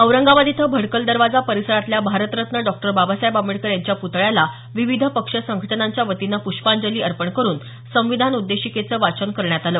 औरंगाबाद इथं भडकल दरवाजा परिसरातल्या भारतरत्न डॉ बाबासाहेब आंबेडकर यांच्या प्तळ्याला विविध पक्ष संघटनांच्या वतीनं पृष्पांजली अर्पण करून संविधान उद्देशिकेचं वाचन करण्यात आलं